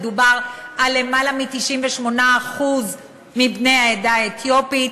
מדובר על למעלה מ-98% מבני העדה האתיופית